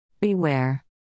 Beware